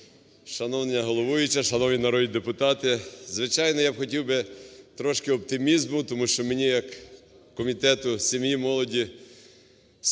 Шановна головуюча! Шановні народні депутати! Звичайно, я хотів би трошки оптимізму, тому що мені як Комітету сім'ї, молоді, спорту,